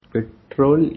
Petrol